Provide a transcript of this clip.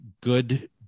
Good